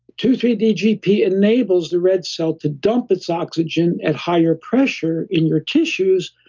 two three dgp enables the red cell to dump its oxygen at higher pressure in your tissues,